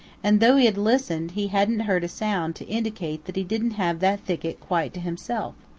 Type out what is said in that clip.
and though he had listened he hadn't heard a sound to indicate that he didn't have that thicket quite to himself.